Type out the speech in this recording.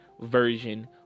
version